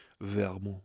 Vermont